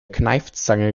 kneifzange